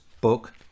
book